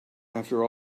after